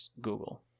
Google